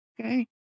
Okay